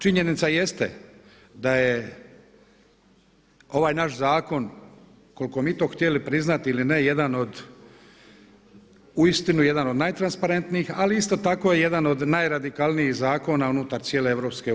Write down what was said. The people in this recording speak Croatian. Činjenica jeste da je ovaj naš zakon koliko mi to htjeli priznati ili ne jedan od uistinu jedan od najtransparentnijih ali isto tako jedan od najradikalnijih zakona unutar cijele EU.